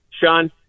Sean